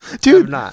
Dude